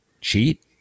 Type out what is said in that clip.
cheat